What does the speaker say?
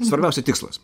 svarbiausia tikslas